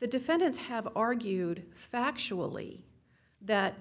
the defendants have argued factually that